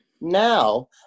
Now